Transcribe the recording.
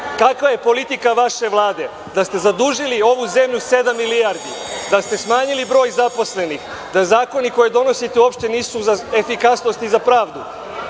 kakva je politika vaše Vlade, da ste zadužili ovu zemlju za sedam milijardi, da ste smanjili broj zaposlenih, da zakoni koje donosite uopšte nisu za efikasnost i za pravdu.